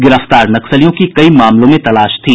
गिरफ्तार नक्सलियों की कई मामलों में तलाश थी